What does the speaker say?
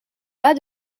bas